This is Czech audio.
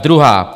Druhá.